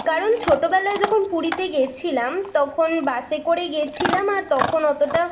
কারণ ছোটবেলায় যখন পুরীতে গিয়েছিলাম তখন বাসে করে গিয়েছিলাম আর তখন অতটা